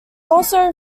also